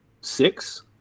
six